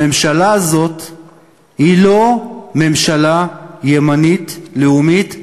הממשלה הזאת היא לא ממשלה ימנית לאומית,